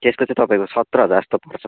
त्यसको चाहिँ तपाईँको सत्र हजार जस्तो पर्छ